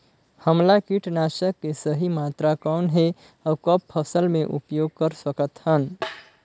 हमला कीटनाशक के सही मात्रा कौन हे अउ कब फसल मे उपयोग कर सकत हन?